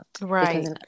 Right